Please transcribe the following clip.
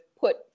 put